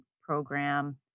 program